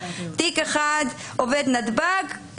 תיק אחד כלפי עובד נתב"ג,